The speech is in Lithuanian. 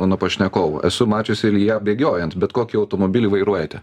mano pašnekovų esu mačiusi ilją bėgiojant bet kokį automobilį vairuojate